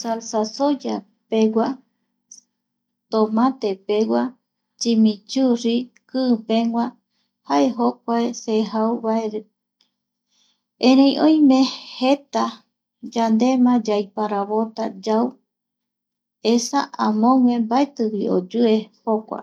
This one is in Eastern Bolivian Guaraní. Salsa soyapegua, tomate pegua chimichurri, ki pegua jae jokua se jau vae, erei oime jeta yandema yaiparavota yau, esa amogue mbaetivi oyue.